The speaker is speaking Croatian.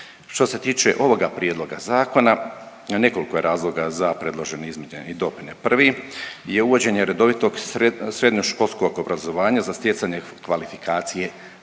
Što se tiče ovoga prijedloga zakona nekoliko je razloga za predložene izmjene i dopune. Prvi je uvođenje redovitog sre…, srednjoškolskog obrazovanja za stjecanje kvalifikacije